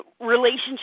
relationship